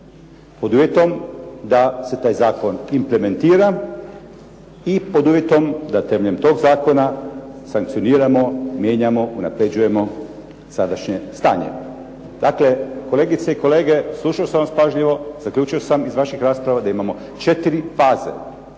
pod uvjetom da se taj zakon implementira i pod uvjetom da temeljem tog zakona sankcioniramo, mijenjamo, unapređujemo sadašnje stanje. Dakle, kolegice i kolege, slušao sam vas pažljivo. Zaključio sam iz vaših rasprava da imamo 4 faze